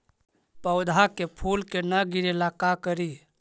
पौधा के फुल के न गिरे ला का करि?